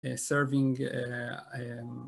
סרווינג